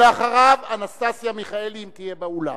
ואחריו, אנסטסיה מיכאלי, אם תהיה באולם,